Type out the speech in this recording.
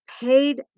paid